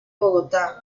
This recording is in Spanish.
bogotá